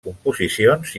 composicions